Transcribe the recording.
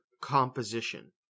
composition